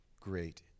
great